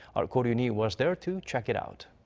our ko roon-hee was there to check it out.